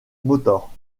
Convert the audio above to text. motors